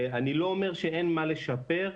אני לא אומר שאין מה לשפר.